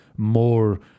more